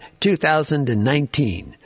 2019